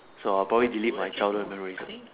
so I'll probably delete my childhood memories